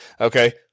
Okay